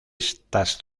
estas